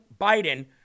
Biden